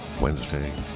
Wednesday